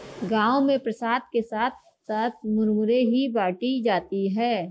गांव में प्रसाद के साथ साथ मुरमुरे ही बाटी जाती है